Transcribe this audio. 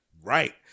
Right